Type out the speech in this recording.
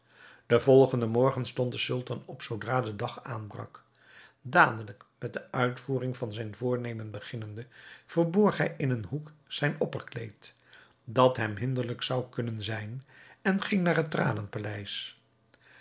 den volgenden morgen stond de sultan op zoodra de dag aanbrak dadelijk met de uitvoering van zijn voornemen beginnende verborg hij in een hoek zijn opperkleed dat hem hinderlijk zou kunnen zijn en ging naar het